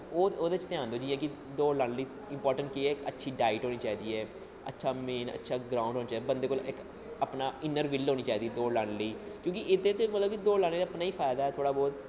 ओह्दे च ध्यान देओ जि'यां दौड़ लाने लेई इंपार्टैंट केह् ऐ इक अच्छी डाईट होनी चाहिदी ऐ अच्छा मेन अच्छा ग्राउंड़ होना चाहिदा बंदे कोल अपना इन्नर बिल्ल होनी चाहिदी दौड़ लाने लेई क्योंकि एह्दे च दौड़ लाने च अपना गै फैदा ऐ